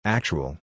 Actual